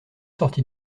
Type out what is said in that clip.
sorti